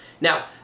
Now